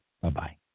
Bye-bye